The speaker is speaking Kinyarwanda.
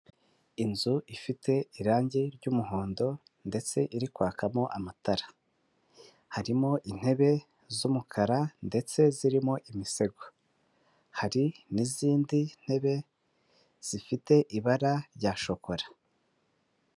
Inzu ifite irange ry'umuhondo ndetse iri kwakamo amatara, harimo intebe z'umukara ndetse zirimo imisego hari n'izindi ntebe zifite ibara rya shokora.